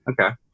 Okay